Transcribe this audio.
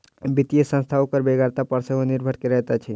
वित्तीय संस्था ओकर बेगरता पर सेहो निर्भर करैत अछि